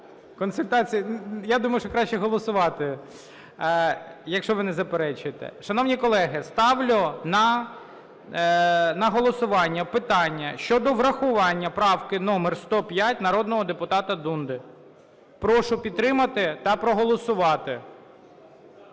Консультації? Я думаю, що краще голосувати, якщо не заперечуєте. Шановні колеги, ставлю на голосування питання щодо врахування правки номер 105 народного депутата Дунди. Прошу підтримати та проголосувати.